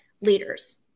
leaders